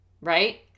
right